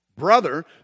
Brother